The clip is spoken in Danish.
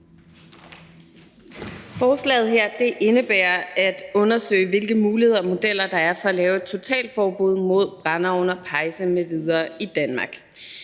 Forslaget her indebærer at undersøge, hvilke muligheder og modeller der er for at lave et totalforbud mod brændeovne og pejse m.v. i Danmark.